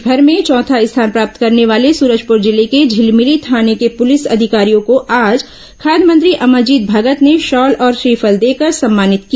देशभर में चौथा स्थान प्राप्त करने वाले सूरजपुर जिले के झिलमिली थाने के पुलिस अधिकारियों को आज खाद्य मंत्री अमरजीत भगत ने शॉल और श्रीफल देकर सम्मानित किया